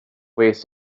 weighs